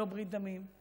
לא ברית דמים.